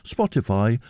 Spotify